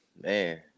man